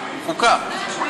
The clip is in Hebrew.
חוקה.